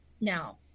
Now